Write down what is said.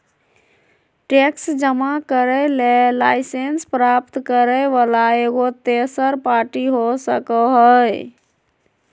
tax जमा करे ले लाइसेंस प्राप्त करे वला एगो तेसर पार्टी हो सको हइ